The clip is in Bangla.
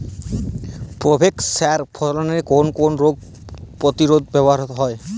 প্রোভেক্স সার ফসলের কোন কোন রোগ প্রতিরোধে ব্যবহৃত হয়?